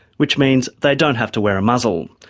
which means they don't have to wear a muzzle.